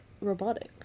robotic